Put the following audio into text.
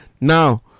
Now